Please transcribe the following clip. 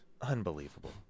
Unbelievable